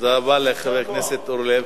תודה רבה לחבר הכנסת אורלב.